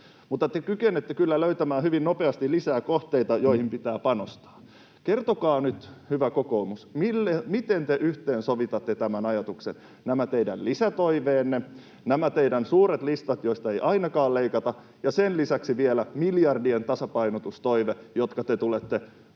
mutta te kykenette kyllä löytämään hyvin nopeasti lisää kohteita, joihin pitää panostaa. Kertokaa nyt, hyvä kokoomus, miten te yhteensovitatte tämän ajatuksen, nämä teidän lisätoiveenne, nämä teidän suuret listanne, joista ei ainakaan leikata, ja sen lisäksi vielä miljardien tasapainotustoiveen, jotka te tulette meille